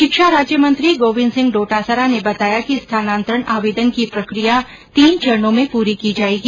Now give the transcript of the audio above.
शिक्षा राज्य मंत्री गोविन्द सिंह डोटासरा ने बताया कि स्थानान्तरण आवेदन की प्रक्रिया तीन चरणों में पूरी की जाएगी